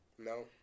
No